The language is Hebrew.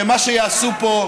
שמה שיעשו פה,